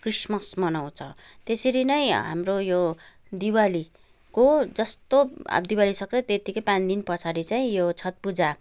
Christmas मनाउँछ त्यसरी नै हाम्रो यो दिवालीको जस्तो दिवाली सक्छ त्यतिकै पाँच दिन पछाडि चाहिँ यो छठ पूजा